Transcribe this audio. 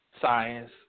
science